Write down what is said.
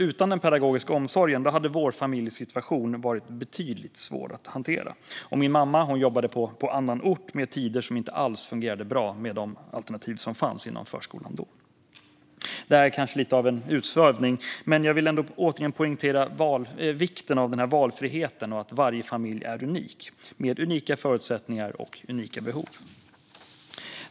Utan den pedagogiska omsorgen hade vår familjesituation varit betydligt svårare att hantera. Min mamma jobbade på annan ort med tider som inte alls fungerade bra med de alternativ som fanns inom förskolan då. Det här är kanske lite av en utsvävning, men jag vill återigen poängtera vikten av valfriheten och att varje familj är unik med unika förutsättningar och unika behov.